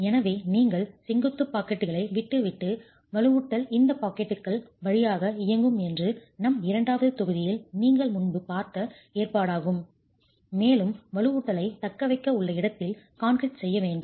எனவே நீங்கள் செங்குத்து பாக்கெட்டுகளை விட்டுவிட்டு வலுவூட்டல் இந்த பாக்கெட்டுகள் வழியாக இயங்கும் என்று நம் இரண்டாவது தொகுதியில் நீங்கள் முன்பு பார்த்த ஏற்பாடாகும் மேலும் வலுவூட்டலை தக்கவைக்க உள்ள இடத்தில் கான்கிரீட் செய்ய வேண்டும்